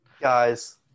Guys